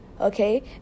okay